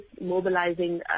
mobilizing